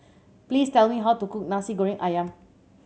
please tell me how to cook Nasi Goreng Ayam